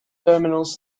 terminals